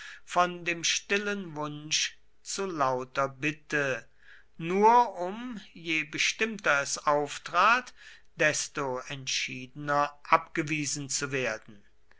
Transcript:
von stillem wunsch zu lauter bitte nur um je bestimmter es auftrat desto entschiedener abgewiesen zu werden